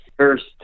First